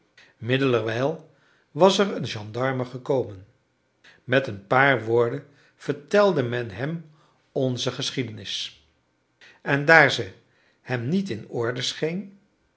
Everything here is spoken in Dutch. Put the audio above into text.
middelerwijl was er een gendarme gekomen met een paar woorden vertelde men hem onze geschiedenis en daar ze hem niet in orde scheen